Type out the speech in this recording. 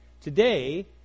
Today